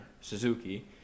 Suzuki